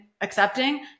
accepting